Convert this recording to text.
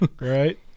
right